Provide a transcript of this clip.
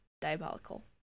Diabolical